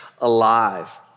alive